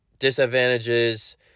Disadvantages